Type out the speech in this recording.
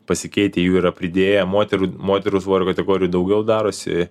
pasikeitę jų yra pridėję moterų moterų svorio kategorijų daugiau darosi